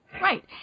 Right